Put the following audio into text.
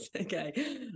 okay